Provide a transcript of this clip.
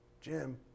Jim